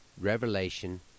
Revelation